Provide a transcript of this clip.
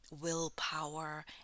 willpower